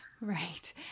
Right